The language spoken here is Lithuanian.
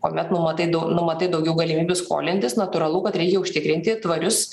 kuomet numatai numatai daugiau galimybių skolintis natūralu kad reikia užtikrinti tvarius